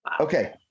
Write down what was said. Okay